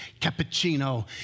cappuccino